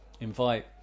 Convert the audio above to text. invite